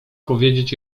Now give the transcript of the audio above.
powiedzieć